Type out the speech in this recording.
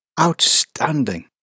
Outstanding